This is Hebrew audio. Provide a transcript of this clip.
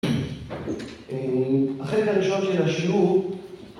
החלק הראשון של השיעור